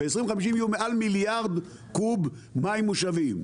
ב-2050 יהיו מעל מיליארד קוב מים מושבים.